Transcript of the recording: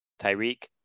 Tyreek